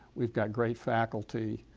we've got great faculty,